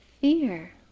fear